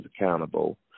accountable